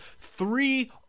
three